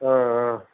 ஆ ஆ